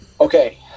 Okay